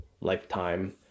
lifetime